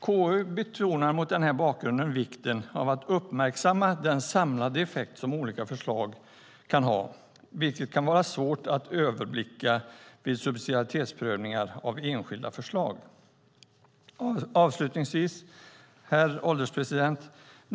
KU betonar mot denna bakgrund vikten av att uppmärksamma den samlade effekt som olika förslag kan ha, vilket kan vara svårt att överblicka vid subsidiaritetsprövningar av enskilda förslag. Herr ålderspresident!